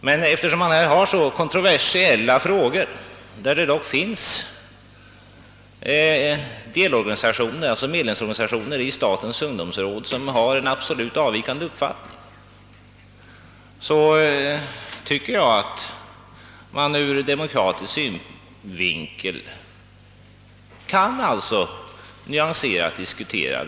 Men eftersom det gäller så kontroversiella frågor och eftersom det i statens ungdomsråd finns medlemsorganisationer som har en absolut avvikande uppfattning, så tycker jag att det ur demokratisk synvinkel är nödvändigt att dessa frågor får nyanserat diskuteras.